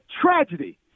tragedy